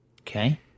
Okay